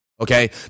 Okay